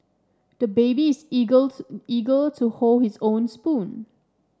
the baby is eager to eager to hold his own spoon